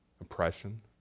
Oppression